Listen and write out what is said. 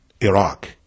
Iraq